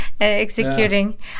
executing